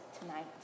tonight